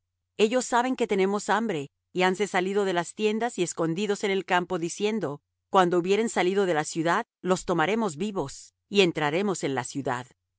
ellos saben que tenemos hambre y hanse salido de las tiendas y escondídose en el campo diciendo cuando hubieren salido de la ciudad los tomaremos vivos y entraremos en la ciudad